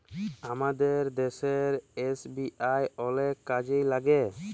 আমাদের দ্যাশের এস.বি.আই অলেক কাজে ল্যাইগে